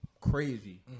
crazy